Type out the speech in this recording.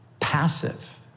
passive